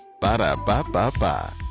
Ba-da-ba-ba-ba